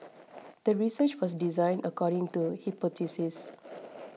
the research was designed according to hypothesis